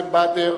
נאזם באדר